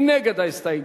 מי נגד ההסתייגות?